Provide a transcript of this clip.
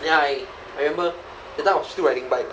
ya I I remember that time I was still riding bike